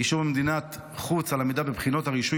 אישור מדינת חוץ על עמידה בבחינות הרישוי